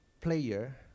player